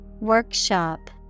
Workshop